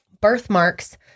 birthmarks